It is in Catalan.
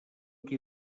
qui